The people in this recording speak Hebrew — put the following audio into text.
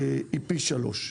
היא פי שלושה.